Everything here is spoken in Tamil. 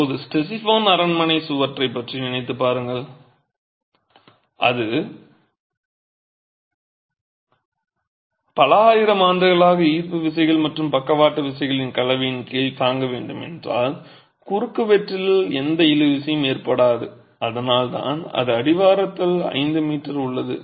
இப்போது ஸ்டெசிபோன் அரண்மனை சுவரைப் பற்றி நினைத்துப் பாருங்கள் அது பல ஆயிரம் ஆண்டுகளாக ஈர்ப்பு விசைகள் மற்றும் பக்கவாட்டு விசைகளின் கலவையின் கீழ் தாங்க வேண்டும் என்றால் குறுக்குவெட்டில் எந்த இழுவிசையும் ஏற்படாது அதனால்தான் அது அடிவாரத்தில் 5 மீட்டர் உள்ளது